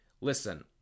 listen